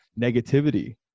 negativity